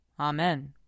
Amen